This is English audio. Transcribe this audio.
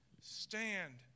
stand